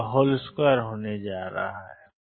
तो यह 4k1k2 k1k22 होने जा रहा है